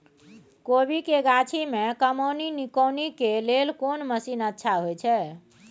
कोबी के गाछी में कमोनी निकौनी के लेल कोन मसीन अच्छा होय छै?